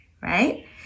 right